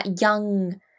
young